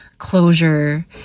closure